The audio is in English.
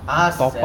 a'ah sia